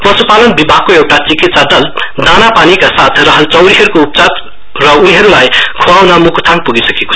पशुपालन विभागको एउटा चिकित्सा दल चारो र दानापानीका साथ रहल चौरीहरूको उपचार र उनीहरूलाई खुवाउन मुकुथाङ पुगिसकेको